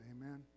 amen